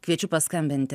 kviečiu paskambinti